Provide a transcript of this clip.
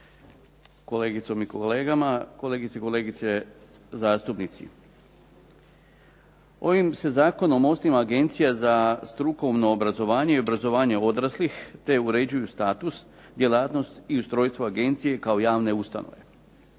kolegicom i kolegama, kolegice i kolege zastupnici. Ovim se zakonom osniva Agencija za strukovno obrazovanje i obrazovanje odraslih te uređuju status, djelatnost i ustrojstvo agencije kao javne ustanove.